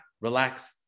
relax